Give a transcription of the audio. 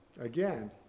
Again